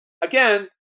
again